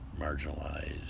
marginalized